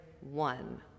one